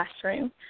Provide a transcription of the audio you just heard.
classroom